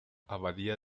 abadía